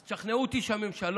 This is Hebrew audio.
אז תשכנעו אותי שהממשלה